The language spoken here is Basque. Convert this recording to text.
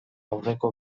aurreko